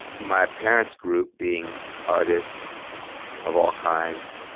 my parents grew up being artists of all kinds.